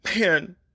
man